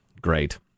Great